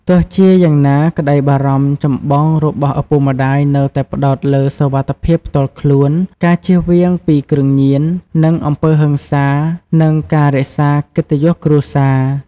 ទោះជាយ៉ាងណា ក្តីបារម្ភចម្បងរបស់ឪពុកម្តាយនៅតែផ្តោតលើ សុវត្ថិភាពផ្ទាល់ខ្លួន ការជៀសវាងពី គ្រឿងញៀន និង អំពើហិង្សា និងការរក្សា កិត្តិយសគ្រួសារ ។